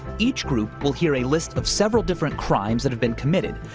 each group will hear a list of several different crimes that have been committed,